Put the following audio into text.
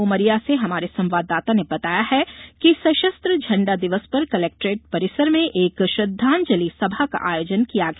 उमरिया से हमारे संवाददाता ने बताया है कि सशस्त्र झंडा दिवस पर कलेक्ट्रेट परिसर में एक श्रद्वांजलि सभा का आयोजन किया गया